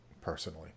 personally